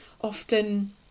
often